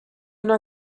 una